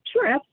Sure